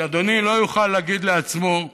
שאדוני לא יוכל להגיד לעצמו,